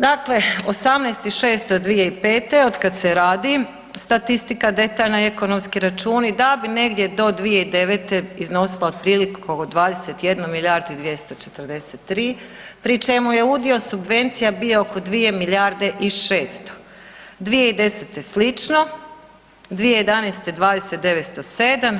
Dakle, 18 i 600 2005. od kad se radi statistika detaljno i ekonomski računi da bi negdje do 2009. iznosila otprilike 21 milijardu i 243, pri čemu je udio subvencija bio oko 2 milijarde i 600, 2010. slično, 2011. 20.907,